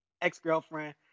ex-girlfriend